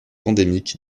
endémique